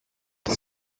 das